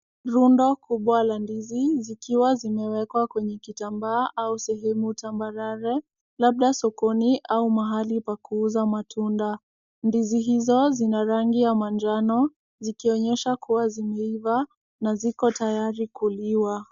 Rundo kubwa la ndizi zikiwa zimewekwa kwenye kitambaa au sehemu tambarare, labda sokoni au mahali pa kuuza matunda. Ndizi hizo zina rangi ya manjano, zikionyesha kuwa zimeiva na ziko tayari kuliwa.